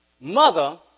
mother